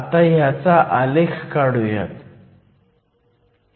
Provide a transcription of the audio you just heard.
आता ह्याचा आलेख काढुयात